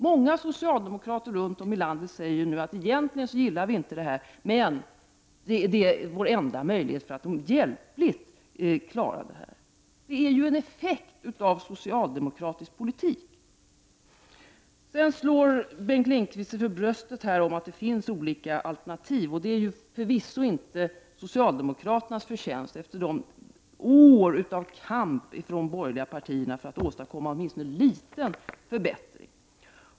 Många socialdemokrater runt om i landet säger: Egentligen gillar vi inte den här modellen, men den är vår enda möjlighet att hjälpligt klara situationen. Det är en effekt av en socialdemokratisk politik. Sedan slår Bengt Lindqvist sig för bröstet och talar om att det finns olika alternativ. Det är förvisso inte socialdemokraternas förtjänst, efter de år av kamp de borgerliga partierna har ägnat åt att försöka åstadkomma åtminstone en liten förbättring.